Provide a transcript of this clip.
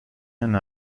and